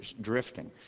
drifting